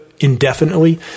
indefinitely